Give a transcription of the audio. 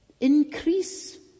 increase